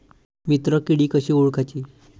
मित्र किडी कशी ओळखाची?